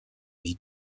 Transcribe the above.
vie